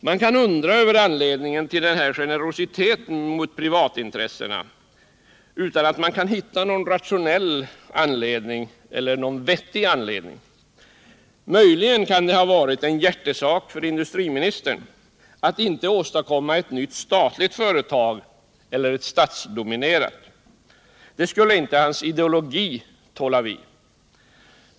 Man kan undra över anledningen till denna generositet mot privatintressena utan att kunna finna någon rationell och vettig anledning. Möjligen kan det ha varit en hjärtesak för industriministern att inte åstadkomma ett nytt statligt företag eller ett statsdominerat företag. Det skulle inte hans ideologi tåla vid!